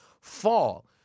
fall